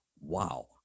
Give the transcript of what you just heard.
wow